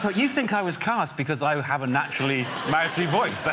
but you think i was cast because i have a naturally massy voice